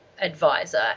advisor